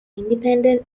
independent